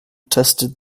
tested